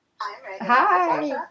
Hi